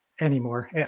anymore